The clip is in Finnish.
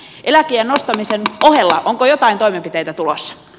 onko eläkeiän nostamisen ohella joitain toimenpiteitä tulossa